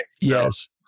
Yes